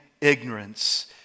ignorance